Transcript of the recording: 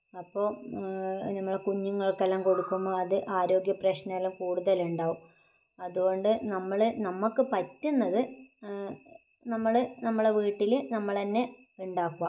അപ്പോൾ നമ്മളുടെ കുഞ്ഞുങ്ങൾക്കെല്ലാം കൊടുക്കുമ്പോൾ അത് ആരോഗ്യ പ്രശ്നമെല്ലാം കൂടുതലുണ്ടാവും അതുകൊണ്ട് നമ്മൾ നമുക്ക് പറ്റുന്നത് നമ്മൾ നമ്മളെ വീട്ടിൽ നമ്മളന്നെ ഉണ്ടാക്കുക